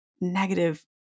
negative